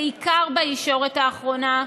בעיקר בישורת האחרונה,